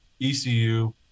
ECU